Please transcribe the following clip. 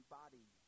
body